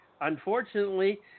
Unfortunately